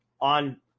on